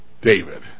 David